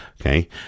Okay